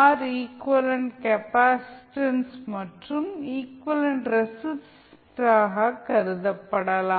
R equivalent capacitance மற்றும் equivalent ரெசிஸ்டன்சாக கருதப்படலாம்